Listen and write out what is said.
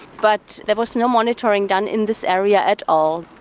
but there was no monitoring done in this area at all.